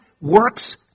works